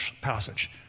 passage